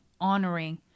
honoring